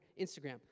Instagram